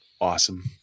Awesome